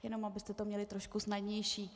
Jenom abyste to měli trošku snadnější.